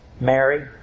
Mary